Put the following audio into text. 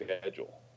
schedule